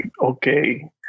okay